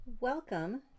welcome